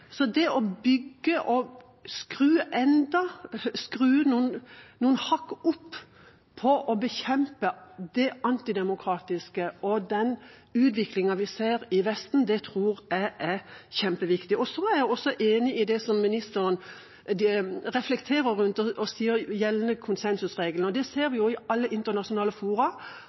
Det å bygge og skru noen hakk opp for å bekjempe det anti-demokratiske og den utviklingen vi ser i Vesten, tror jeg er kjempeviktig Så er jeg også enig i det utenriksministeren reflekterer over når hun nevner gjeldende konsensusregel. Vi ser i alle internasjonale fora